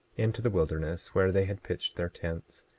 into the wilderness, where they had pitched their tents,